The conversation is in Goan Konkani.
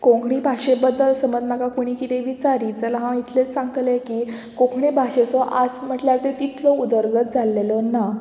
कोंकणी भाशे बद्दल समज म्हाका कोणी कितें विचारी जाल्यार हांव इतलेंच सांगतलें की कोंकणी भाशेचो आज म्हटल्यार ते तितलो उदरगत जाल्लेलो ना